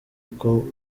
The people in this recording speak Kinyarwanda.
uko